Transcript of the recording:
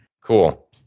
Cool